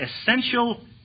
essential